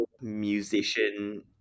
musician